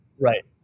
right